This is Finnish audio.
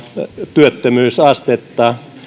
työttömyysastetta